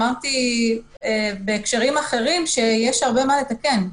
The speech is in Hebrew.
אמרתי בהקשרים אחרים שיש הרבה מה לתקן,